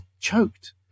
choked